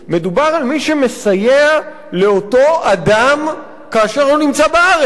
מדובר על מי שמסייע לאותו אדם כאשר הוא נמצא בארץ,